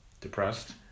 depressed